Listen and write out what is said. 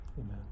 Amen